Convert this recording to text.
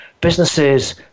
businesses